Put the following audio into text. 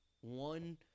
one